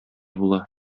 була